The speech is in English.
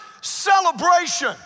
celebration